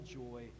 joy